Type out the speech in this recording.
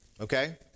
Okay